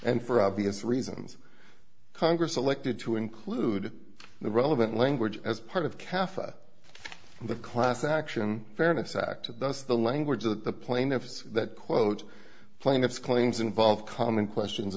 and for obvious reasons congress selected to include the relevant language as part of cafe the class action fairness act thus the language that the plaintiffs that quote plaintiff's claims involve common questions